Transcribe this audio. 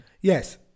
Yes